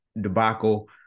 debacle